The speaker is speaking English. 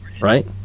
right